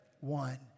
one